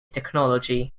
technology